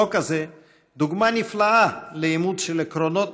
החוק הזה דוגמה נפלאה לאימוץ של עקרונות